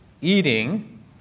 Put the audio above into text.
eating